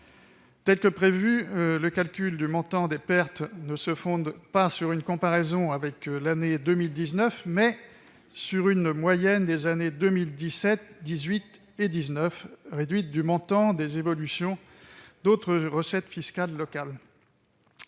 Tel que prévu, le calcul du montant des pertes se fonde, non pas sur une comparaison avec l'année 2019, mais bien sur la moyenne des années 2017, 2018 et 2019, réduite du montant des évolutions d'autres recettes fiscales locales.